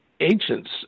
ancients